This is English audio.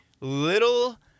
Little